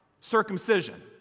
circumcision